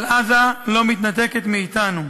אבל עזה לא מתנתקת מאתנו.